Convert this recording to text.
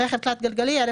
רכב תלת גלגלי-1,300.